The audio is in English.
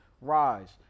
rise